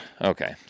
Okay